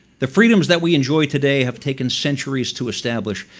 the freedoms that we enjoy today have taken centuries to establish.